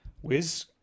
Wiz